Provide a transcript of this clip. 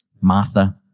Martha